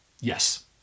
Yes